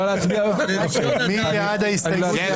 מי בעד ההסתייגות?